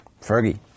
Fergie